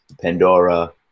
Pandora